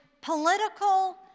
political